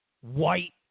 White